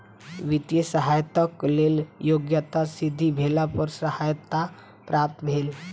वित्तीय सहयताक लेल योग्यता सिद्ध भेला पर सहायता प्राप्त भेल